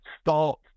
start